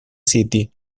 city